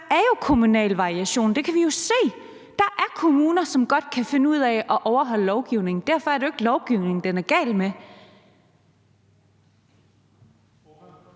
der er jo kommunal variation – det kan vi jo se. Der er kommuner, som godt kan finde ud af at overholde lovgivningen, og derfor er det jo ikke lovgivningen, den er gal med.